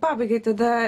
pabaigai tada